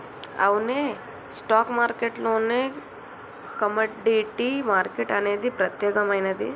అవునే stock market లోనే commodity market అనేది ప్రత్యేకమైనది